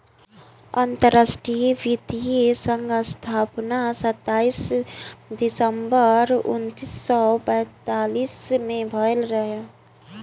अंतरराष्ट्रीय वित्तीय संघ स्थापना सताईस दिसंबर उन्नीस सौ पैतालीस में भयल रहे